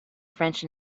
french